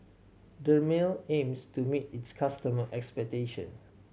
dermale aims to meet its customer expectation